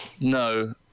no